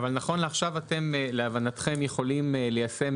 נכון לעכשיו להבנתכם אתם יכולים ליישם